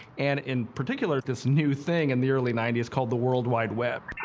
and in particular this new thing in the early ninety s called the world wide web.